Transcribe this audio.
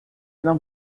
não